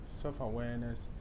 self-awareness